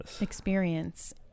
experience